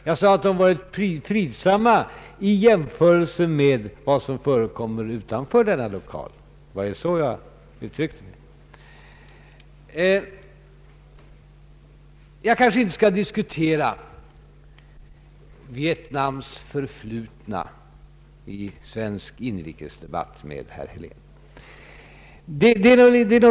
Jag sade att de hade varit fridsamma i jämförelse med vad som förekommer utanför denna lokal — det var så jag uttryckte mig. Jag skall kanske inte diskutera Vietnams förflutna i svensk inrikesdebatt med herr Helén.